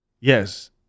yes